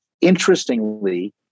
interestingly